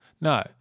No